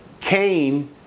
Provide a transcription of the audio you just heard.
Cain